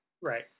right